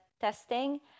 testing